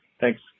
thanks